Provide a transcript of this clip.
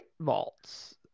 vaults